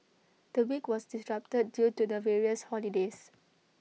the week was disrupted due to the various holidays